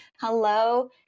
Hello